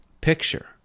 picture